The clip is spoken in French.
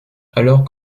alors